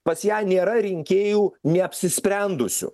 pas ją nėra rinkėjų neapsisprendusių